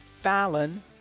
Fallon